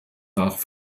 nach